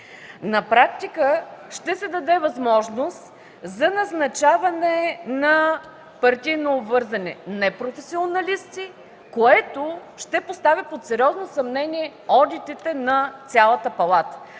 На практика ще се даде възможност за назначаване на партийно обвързани непрофесионалисти, което ще постави под сериозно съмнение одитите на цялата Палата.